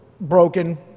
broken